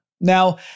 Now